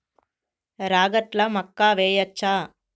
రాగట్ల మక్కా వెయ్యచ్చా?